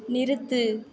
நிறுத்து